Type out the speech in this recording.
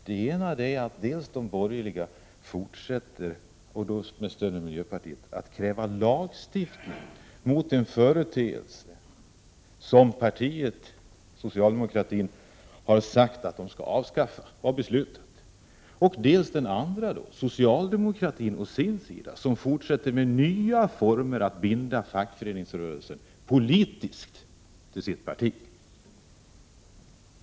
Den ena är att de borgerliga fortsätter — nu med stöd av miljöpartiet — att kräva lagstiftning mot en företeelse som det socialdemokratiska partiet har beslutat att avskaffa. Den andra är att socialdemokratin å sin sida fortsätter med nya former för att binda fackföreningsrörelsen politiskt till sitt parti.